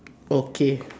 okay